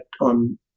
on